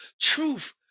Truth